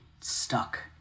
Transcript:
stuck